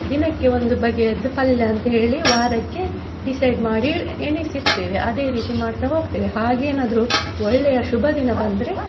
ದಿನಕ್ಕೆ ಒಂದು ಬಗೆಯದ್ದು ಪಲ್ಯ ಅಂತ ಹೇಳಿ ವಾರಕ್ಕೆ ಡಿಸೈಡ್ ಮಾಡಿ ಎಣಿಸಿರ್ತೇವೆ ಅದೇ ರೀತಿ ಮಾಡ್ತಾ ಹೋಗ್ತೇವೆ ಹಾಗೇನಾದರು ಒಳ್ಳೆಯ ಶುಭದಿನ ಬಂದರೆ